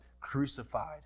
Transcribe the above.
crucified